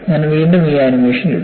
ഞാൻ വീണ്ടും ഈ ആനിമേഷൻ ഇടും